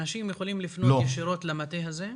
אנשים יכולים לפנות ישירות למטה הזה?